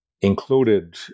included